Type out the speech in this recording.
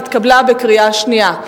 נתקבלו בקריאה שנייה.